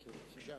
בבקשה.